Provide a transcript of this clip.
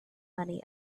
money